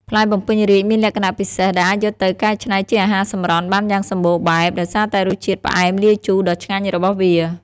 ផ្លែបំពេញរាជ្យមានលក្ខណៈពិសេសដែលអាចយកទៅកែច្នៃជាអាហារសម្រន់ បានយ៉ាងសម្បូរបែប ដោយសារតែរសជាតិផ្អែមលាយជូរដ៏ឆ្ងាញ់របស់វា។